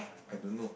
I don't know